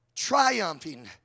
Triumphing